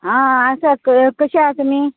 आं आसा कशी आसात तुमी